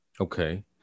Okay